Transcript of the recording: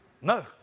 no